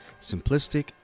Simplistic